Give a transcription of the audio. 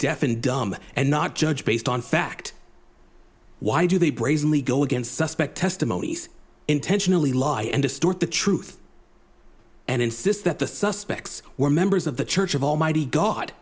deaf and dumb and not judge based on fact why do they brazenly go against suspect testimonies intentionally lie and distort the truth and insist that the suspects were members of the church of almighty god